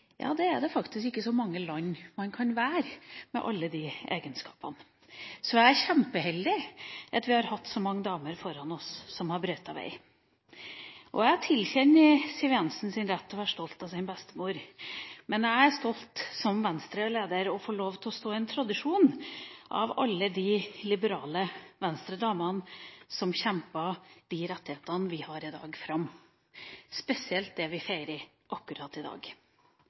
vi har hatt så mange damer foran oss som har brøytet vei. Jeg tilkjenner Siv Jensen retten til å være stolt av sin bestemor, men jeg er – som Venstre-leder – stolt over å få lov til å stå i en tradisjon med alle de liberale Venstre-damene som kjempet fram de rettighetene vi har i dag – spesielt det vi feirer akkurat i dag. Jeg tror det er mange av de damene som sitter der oppe i dag